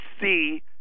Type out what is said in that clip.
see